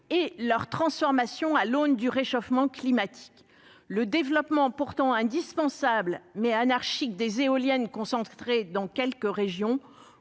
et leur transformation à l'aune du réchauffement climatique. Le développement, indispensable mais anarchique, des éoliennes, concentrées dans quelques régions,